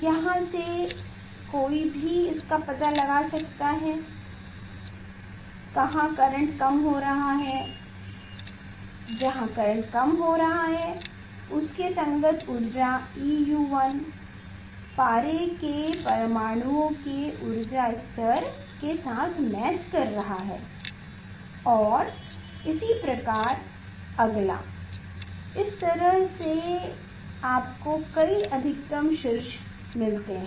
यहां से कोई भी इसका पता लगा सकता है कहां करेंट कम हो रहा है जहां करंट कम हो रहा है उसके संगत ऊर्जा eU1 पारे के परमाणुओं के ऊर्जा स्तर के साथ मैच कर रहा है और इसी प्रकार अगला इस तरह से आपको कई अधिकतम शीर्ष मिलते हैं